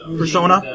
Persona